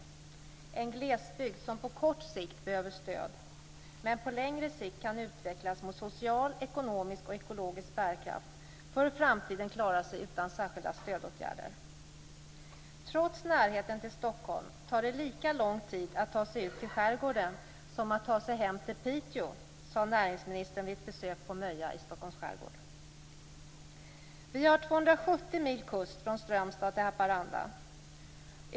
Det är en glesbygd som på kort sikt behöver stöd men som på längre sikt kan utvecklas mot social, ekonomisk och ekologisk bärkraft för att i framtiden klara sig utan särskilda stödåtgärder. "Trots närheten till Stockholm tar det lika lång tid att ta sig ut i skärgården som att ta sig hem till Piteå", sade näringsministern vid ett besök på Möja i Stockholms skärgård. Vi har 270 mil kust från Strömstad till Haparanda.